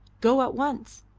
go at once?